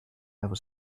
never